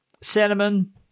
Cinnamon